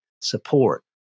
support